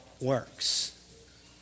works